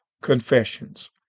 confessions